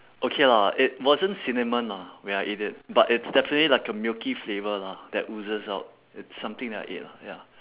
okay lah it wasn't cinnamon lah when I ate it but it's definitely like a milky flavour lah that oozes out it's something that I ate lah ya